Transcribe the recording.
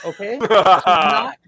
Okay